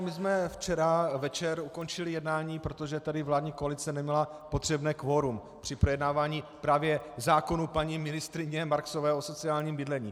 My jsme včera večer ukončili jednání, protože tady vládní koalice neměla potřebné kvorum při projednávání právě zákonů paní ministryně Marksové o sociálním bydlení.